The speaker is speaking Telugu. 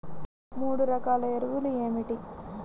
మూడు రకాల ఎరువులు ఏమిటి?